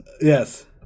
Yes